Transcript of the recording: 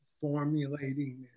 formulating